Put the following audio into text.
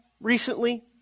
recently